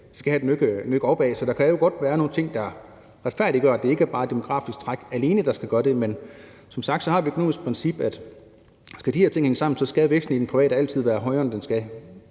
skal have et nøk opad. Så der kan jo godt være nogle ting, der retfærdiggør, at det ikke bare er det demografiske træk alene, der skal afgøre det. Men som sagt har vi det økonomiske princip, at skal de her ting hænge sammen, så skal væksten i det private altid være højere, end den skal